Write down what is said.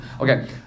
okay